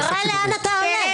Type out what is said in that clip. תראה לאן אתה הולך.